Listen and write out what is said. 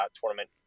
tournament